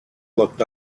looked